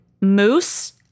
moose